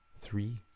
three